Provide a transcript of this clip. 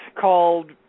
called